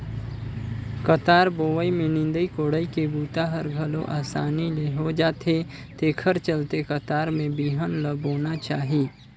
कतार बोवई में निंदई कोड़ई के बूता हर घलो असानी ले हो जाथे तेखर चलते कतार में बिहन ल बोना चाही